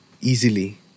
easily